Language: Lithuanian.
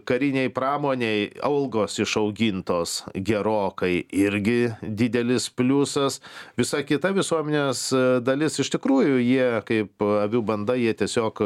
karinėj pramonėj algos išaugintos gerokai irgi didelis pliusas visa kita visuomenės dalis iš tikrųjų jie kaip avių banda jie tiesiog